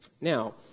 Now